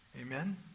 Amen